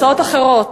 הצעות אחרות.